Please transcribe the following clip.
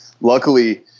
luckily